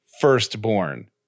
firstborn